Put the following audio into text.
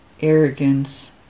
arrogance